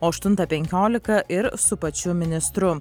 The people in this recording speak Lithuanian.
o aštuntą penkiolika ir su pačiu ministru